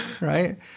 Right